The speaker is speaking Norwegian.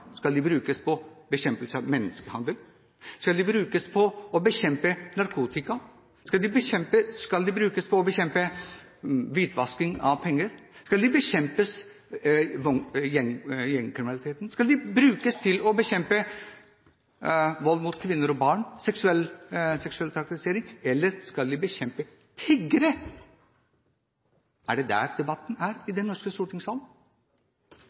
skal de brukes på bekjempelse av menneskehandel? Skal de brukes på å bekjempe narkotika? Skal de brukes på å bekjempe hvitvasking av penger? Skal de brukes til å bekjempe gjengkriminaliteten? Skal de brukes til å bekjempe vold mot kvinner og barn? Skal de brukes til å bekjempe seksuell trakassering? Eller skal de brukes til å bekjempe tiggere? Er det der debatten er i den norske stortingssalen?